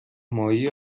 ماهی